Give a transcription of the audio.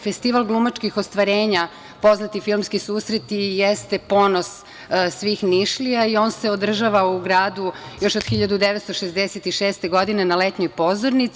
Festival glumačkih ostvarenja, poznati filmski susreti jesu ponos svih Nišlija i on se održava u gradu još od 1966. godine na letnjoj pozornici.